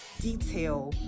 detail